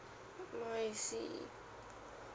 I see